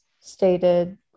stated